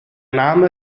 name